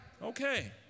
Okay